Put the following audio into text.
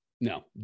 no